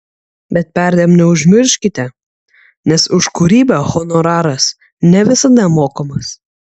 bet perdėm neužsimirškite nes už kūrybą honoraras ne visada mokamas